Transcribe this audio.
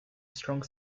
strong